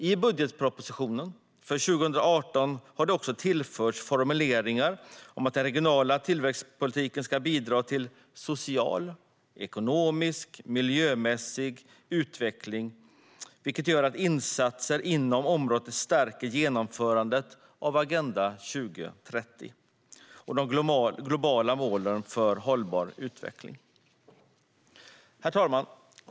I budgetpropositionen för 2018 har det också tillförts formuleringar om att den regionala tillväxtpolitiken ska bidra till social, ekonomisk och miljömässig utveckling, vilket gör att insatser inom området stärker genomförandet av Agenda 2030 och de globala målen för hållbar utveckling. Herr talman!